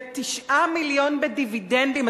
ו-9 מיליון בדיבידנדים.